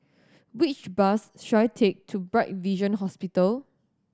which bus should I take to Bright Vision Hospital